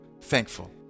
thankful